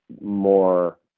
more